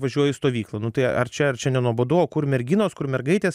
važiuoju į stovyklą nu tai ar čia ar čia nenuobodu o kur merginos kur mergaitės